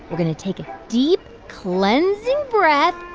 we're going to take a deep, cleansing breath.